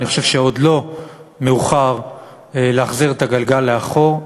אני חושב שעוד לא מאוחר להחזיר את הגלגל לאחור.